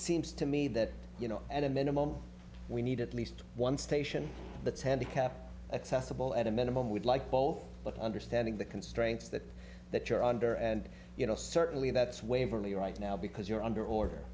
seems to me that you know at a minimum we need at least one station that's handicapped accessible at a minimum we'd like all understanding the constraints that that you're under and you know certainly that's waverley right now because you're under order